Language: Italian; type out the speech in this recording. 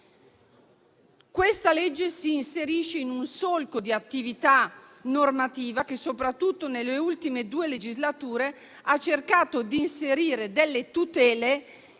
Questa legge s'inserisce nel solco di un'attività normativa che, soprattutto nelle ultime due legislature, ha cercato di inserire tutele